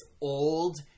old